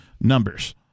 numbers